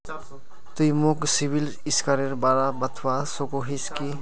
तुई मोक सिबिल स्कोरेर बारे बतवा सकोहिस कि?